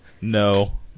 No